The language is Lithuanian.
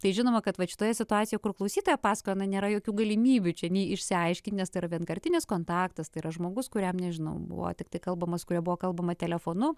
tai žinoma kad vat šitoje situacijoje kur klausytoja pasakojo na nėra jokių galimybių čia nei išsiaiškinti nes tai yra vienkartinis kontaktas tai yra žmogus kuriam nežinau buvo tiktai kalbamas kuriuo buvo kalbama telefonu